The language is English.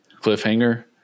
cliffhanger